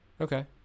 Okay